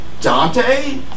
Dante